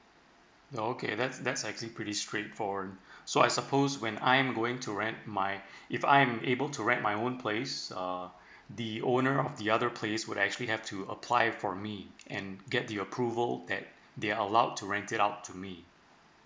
oh okay that's that's actually pretty straight forward so I suppose when I am going to rent my if I am able to rent my own place uh the owner of the other place would actually have to apply for me and get the approval that they are allowed to rent it out to me